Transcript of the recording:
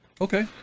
okay